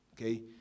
okay